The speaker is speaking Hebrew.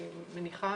אני מניחה,